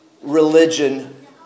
religion